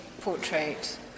portrait